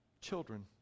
children